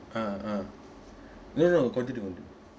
ah ah no no continue continue